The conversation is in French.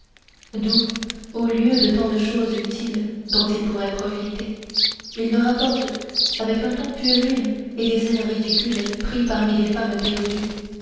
d'où au lieu de tant de choses utiles dont ils pourraient profiter ils ne rapportent avec un ton puéril et des airs ridicules pris parmi des femmes perdues